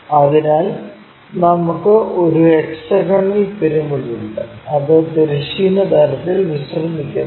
അതിനാൽ നമുക്ക് ഒരു ഹെക്സഗണൽ പിരമിഡ് ഉണ്ട് അത് തിരശ്ചീന തലത്തിൽ വിശ്രമിക്കുന്നു